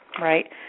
right